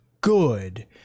good